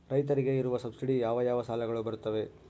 ರೈತರಿಗೆ ಇರುವ ಸಬ್ಸಿಡಿ ಯಾವ ಯಾವ ಸಾಲಗಳು ಬರುತ್ತವೆ?